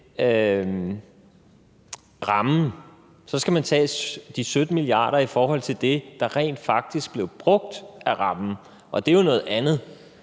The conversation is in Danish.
rammen. Så skal man tage de 17 mia. kr. i forhold til det, der rent faktisk blev brugt af rammen, og det er jo noget andet.